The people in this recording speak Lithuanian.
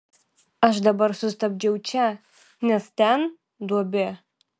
aš dabar sustabdžiau čia nes ten duobė